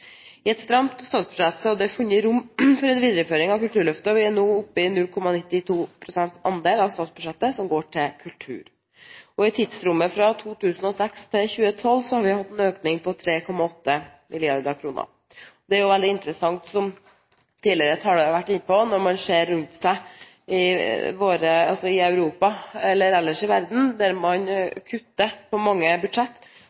I et stramt statsbudsjett er det funnet rom for en videreføring av Kulturløftet, og vi er nå oppe i 0,92 pst. andel av statsbudsjettet som går til kultur. I tidsrommet 2006–2012 har vi hatt en økning på 3,8 mrd. kr. Det er veldig interessant, som tidligere talere har vært inne på, når man ser rundt seg i Europa og ellers i verden, der man kutter i mange budsjett,